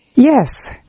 Yes